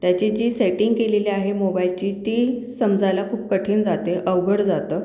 त्याची जी सेटिंग केलेली आहे मोबाईलची ती समजायला खूप कठीण जाते अवघड जातं